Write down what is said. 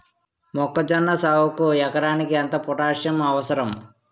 మొక్కజొన్న సాగుకు ఎకరానికి ఎంత పోటాస్సియం అవసరం?